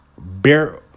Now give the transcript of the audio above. Bear